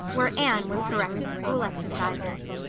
where anne was correcting school exercises.